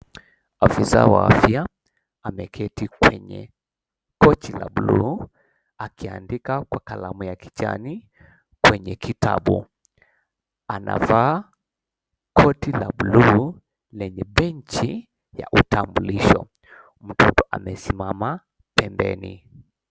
Afisa wa afya, ameketi kwenye pochi la bluu, akiandika kwa kalamu ya kijani kwenye kitabu. Anavaa koti la bluu, lenye beji ya utambulisho. Mtoto amesimama pembeni.